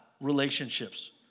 relationships